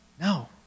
No